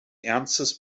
ernstes